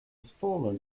victim